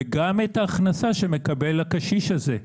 וגם את ההכנסה שמקבל הקשיש הזה.